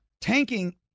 tanking